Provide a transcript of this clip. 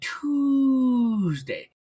Tuesday